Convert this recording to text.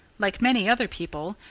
like many other people,